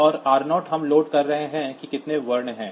और r0 हम load कर रहे हैं कि कितने वर्ण हैं